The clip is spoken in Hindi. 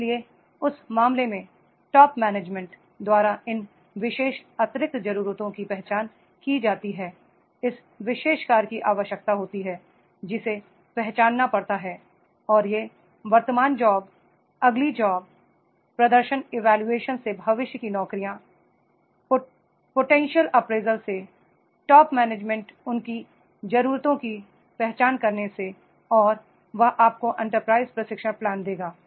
इसलिए उस मामले में टॉप मैनेजमेंटद्वारा इन विशेष अतिरिक्त जरूरतों की पहचान की जाती है इस विशेष कार्य की आवश्यकता होती है जिसे पहचानना पड़ता है और ये वर्तमान जॉब अगली जॉब प्रदर्शन इवैल्यूएशन से भविष्य की नौकरियां से संभावित पोटेंशियल अप्रेजल से टॉप मैनेजमेंट उनकी जरूरतों की पहचान करने से और वह आपको एंटरप्राइज प्रशिक्षण प्लान देगा